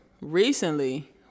recently